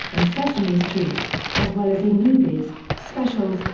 and sesame street, as well as in movies, specials,